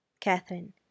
Catherine